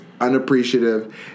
unappreciative